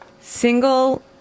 Single